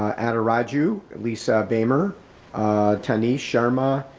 adah raju, lisa beymer tony sharma,